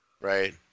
Right